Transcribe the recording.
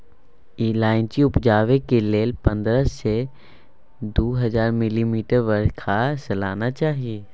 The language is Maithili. इलाइचीं उपजेबाक लेल पंद्रह सय सँ दु हजार मिलीमीटर बरखा सलियाना चाही